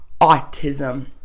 autism